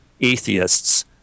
atheists